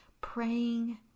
praying